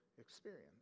experience